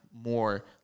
more